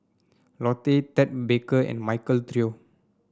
Lotte Ted Baker and Michael Trio